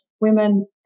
women